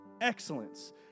excellence